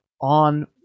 on